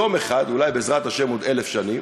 יום אחד, אולי בעזרת השם עוד אלף שנים,